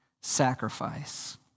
sacrifice